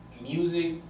Music